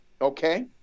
okay